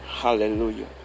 Hallelujah